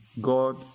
God